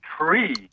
tree